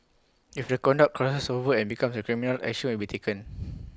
if the conduct crosses over and becomes A criminal action will be taken